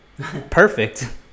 perfect